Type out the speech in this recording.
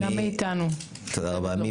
תודה רבה.